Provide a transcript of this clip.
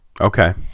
Okay